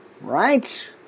Right